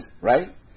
Right